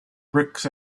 bricks